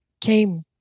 came